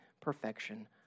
perfection